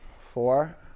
Four